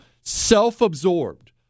self-absorbed